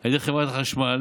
על ידי חברת החשמל,